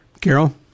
Carol